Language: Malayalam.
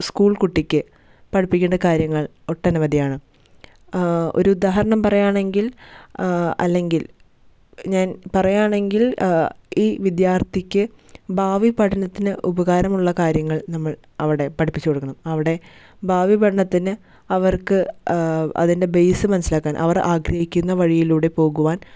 സ്കൂൾ കുട്ടിക്ക് പഠിപ്പിക്കേണ്ട കാര്യങ്ങൾ ഒട്ടനവധിയാണ് ഒരു ഉദാഹരണം പറയുവാണെങ്കിൽ അല്ലെങ്കിൽ ഞാൻ പറയുവാണെങ്കിൽ ഈ വിദ്യാർത്ഥിക്ക് ഭാവി പഠനത്തിന് ഉപകാരമുള്ള കാര്യങ്ങൾ നമ്മൾ അവിടെ പഠിപ്പിച്ച് കൊടുക്കണം അവിടെ ഭാവി പഠനത്തിന് അവര്ക്ക് അതിന്റെ ബെയ്സ് മനസ്സിലാക്കാന് അവര് ആഗ്രഹിക്കുന്ന വഴിയിലൂടെ പോകുവാന്